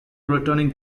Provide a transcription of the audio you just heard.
returning